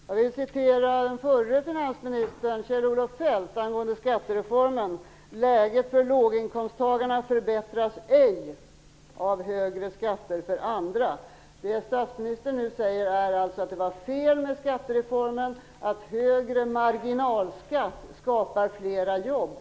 Herr talman! Jag vill citera den förre finansministern, Kjell-Olof Feldt, angående skattereformen: "Läget för låginkomsttagarna förbättras ej av högre skatter för andra." Det som statsministern nu säger är alltså att det var fel med skattereformen och att högre marginalskatt skapar flera jobb.